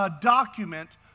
document